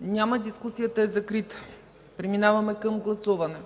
Няма. Дискусията е закрита. Преминаваме към гласуване.